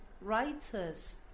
writers